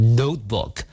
notebook